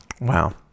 Wow